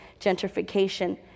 gentrification